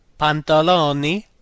Pantaloni